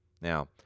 Now